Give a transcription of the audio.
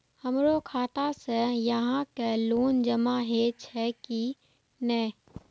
हमरो खाता से यहां के लोन जमा हे छे की ने?